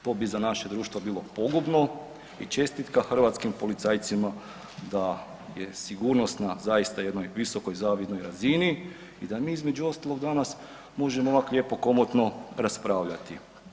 To bi za naše društvo bilo pogubno i čestitka hrvatskim policajcima da je sigurnost na zaista jednoj vidokoj, zavidnoj razini i da mi između ostalog danas možemo ovako lijepo komotno raspravljati.